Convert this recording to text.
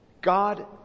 God